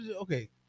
Okay